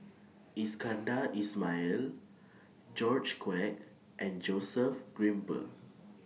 Iskandar Ismail George Quek and Joseph Grimberg